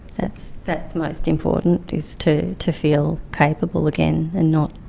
that's that's most important, is to to feel capable again and not